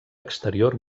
exterior